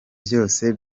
vyose